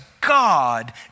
God